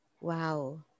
Wow